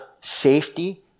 safety